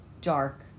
dark